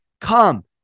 come